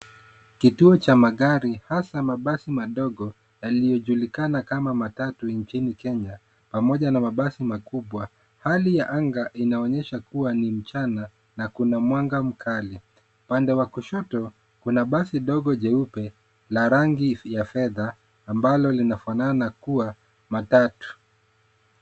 Kituo cha magari hasa mabasi madogo yaliyojulikana kama matatu nchini Kenya, pamoja na mabasi makubwa. Hali ya anga inaonyesha kuwa ni mchana na kuna mwanga mkali. Upande wa kushoto, kuna basi dogo jeupe la rangi ya fedha ambalo linafanana kuwa matatu.